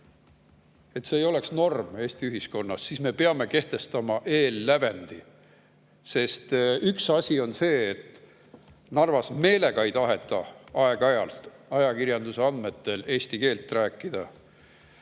Belõi, ei oleks norm Eesti ühiskonnas, siis me peame kehtestama eellävendi. Üks asi on see, et Narvas meelega ei taheta aeg-ajalt, ajakirjanduse andmetel, eesti keelt rääkida,